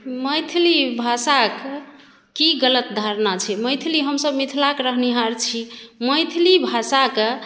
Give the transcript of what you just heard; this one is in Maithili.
मैथिली भाषाके की गलत धारणा छै मैथिली हमसभ मिथिलाके रहनिहार छी मैथिली भाषाके